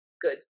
good